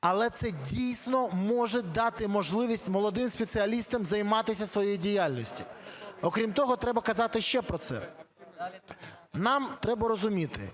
Але це дійсно може дати можливість молодим спеціалістам займатися своєю діяльність. Окрім того, треба казати ще про це: нам треба розуміти,